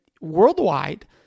worldwide